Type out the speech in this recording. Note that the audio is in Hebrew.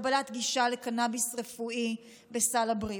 לקבלת גישה לקנביס רפואי בסל הבריאות.